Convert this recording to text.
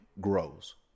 grows